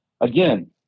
again